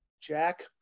Jack